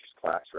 classroom